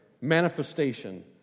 manifestation